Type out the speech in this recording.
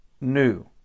new